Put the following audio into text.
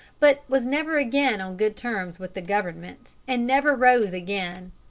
but was never again on good terms with the government, and never rose again.